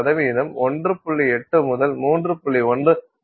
1 electron volt வரம்பில் இருக்கும்